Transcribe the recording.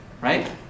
right